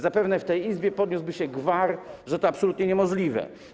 Zapewne w tej Izbie podniósłby się gwar, że to absolutnie niemożliwe.